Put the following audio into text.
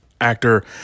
actor